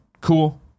cool